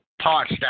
parts